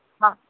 हा